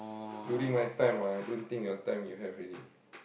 during my time ah I don't think your time you have already